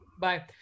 Bye